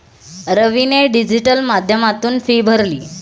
रवीने डिजिटल माध्यमातून फी भरली